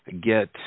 get